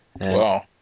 Wow